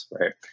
right